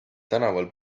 tänaval